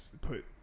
put